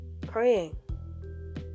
Praying